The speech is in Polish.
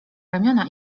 ramiona